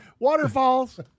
Waterfalls